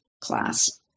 class